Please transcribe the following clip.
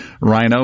Rhino